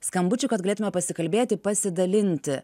skambučių kad galėtume pasikalbėti pasidalinti